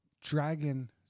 Dragon